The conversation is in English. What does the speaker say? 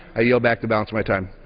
i yield back the balance of my time.